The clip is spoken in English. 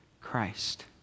Christ